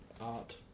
art